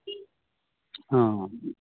অঁ